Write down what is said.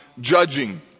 judging